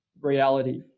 reality